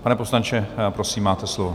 Pane poslanče, prosím, máte slovo.